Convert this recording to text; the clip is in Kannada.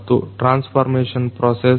ಮತ್ತು ಟ್ರಾನ್ಸ್ ಫಾರ್ಮೇಶನ್ ಪ್ರೊಸೆಸ್